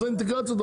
אז האינטגרציות,